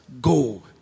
Go